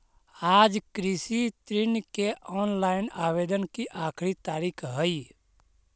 आज कृषि ऋण के ऑनलाइन आवेदन की आखिरी तारीख हई